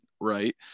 Right